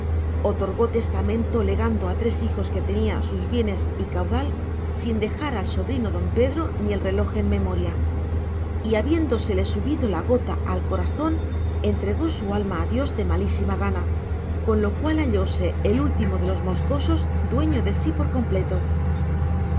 otorgó testamento legando a tres hijos que tenía sus bienes y caudal sin dejar al sobrino don pedro ni el reloj en memoria y habiéndosele subido la gota al corazón entregó su alma a dios de malísima gana con lo cual hallóse el último de los moscosos dueño de sí por completo